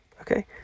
Okay